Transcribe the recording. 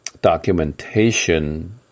documentation